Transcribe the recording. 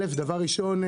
דבר ראשון: